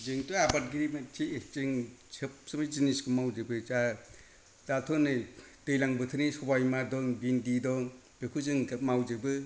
जोंथ' आबादगिरि मानसि जों सबसमाय जिनिसखौ मावजोबो जा दाथ' नै दैलां बोथोरनि सबाय बिमा दं भिन्दि दं बेखौ जों मावजोबो